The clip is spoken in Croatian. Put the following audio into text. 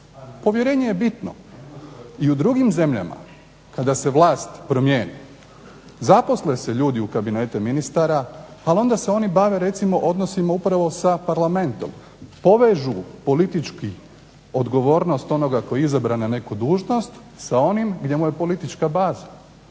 Povjerenje je bitno, i u drugim zemljama kada se vlast promijeni zaposle se ljudi u kabinete ministara, ali onda se oni bave recimo odnosima upravo sa Parlamentom, povežu politički odgovornost onoga tko je izabran na neku dužnost sa onim gdje mu je politička baza.